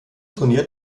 turnier